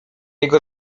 jego